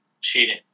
cheating